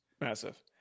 Massive